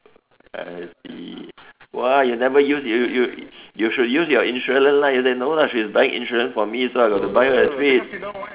I see !wah! you never use you you should use your insurance lah you say no lah she's buying insurance from me so I got to buy her a treat